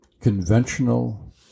conventional